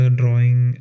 drawing